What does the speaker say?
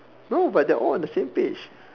no but they're all on the same page